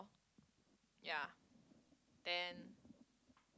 ya then